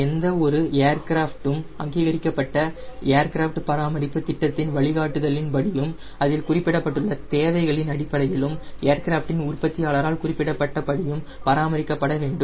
எந்த ஒரு ஏர்கிராஃப்டும் அங்கீகரிக்கப்பட்ட ஏர்கிராஃப்ட் பராமரிப்பு திட்டத்தின் வழிகாட்டுதலின் படியும் அதில் குறிப்பிடப்பட்டுள்ள தேவைகளின் அடிப்படையிலும் ஏர்கிராஃப்ட் இன் உற்பத்தியாளரால் குறிப்பிடப்பட்ட படியும் பராமரிக்கப்பட வேண்டும்